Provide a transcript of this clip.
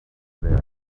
there